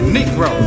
Negro